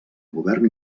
govern